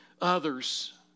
others